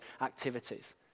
activities